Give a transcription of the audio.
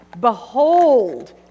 Behold